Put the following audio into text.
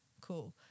cool